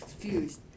confused